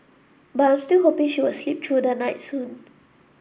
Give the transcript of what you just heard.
but I'm still hoping she will sleep through the night soon